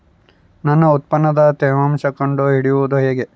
ನನ್ನ ಉತ್ಪನ್ನದ ತೇವಾಂಶ ಕಂಡು ಹಿಡಿಯುವುದು ಹೇಗೆ?